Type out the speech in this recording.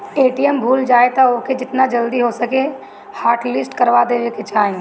ATM भूला जाए तअ ओके जेतना जल्दी हो सके हॉटलिस्ट करवा देवे के चाही